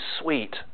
sweet